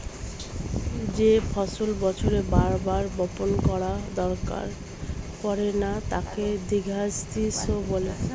যেই ফসল বছরে বার বার বপণ করার দরকার পড়ে না তাকে দীর্ঘস্থায়ী শস্য বলে